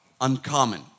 uncommon